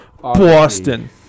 Boston